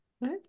Right